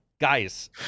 Guys